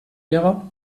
wäre